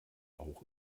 auch